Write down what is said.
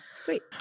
Sweet